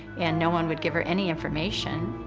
and no one would give her any information.